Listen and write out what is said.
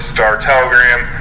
Star-Telegram